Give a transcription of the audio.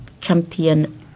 Champion